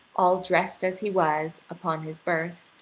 all dressed as he was, upon his berth,